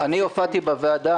הופעתי בוועדה,